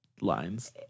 lines